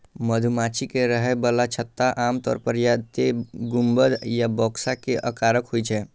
मधुमाछी के रहै बला छत्ता आमतौर पर या तें गुंबद या बक्सा के आकारक होइ छै